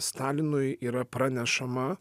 stalinui yra pranešama